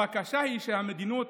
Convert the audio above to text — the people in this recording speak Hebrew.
הבקשה היא שהמדינות